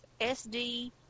SD